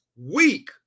week